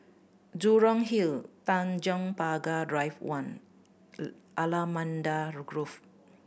Jurong Hill Tanjong Pagar Drive One Allamanda Grove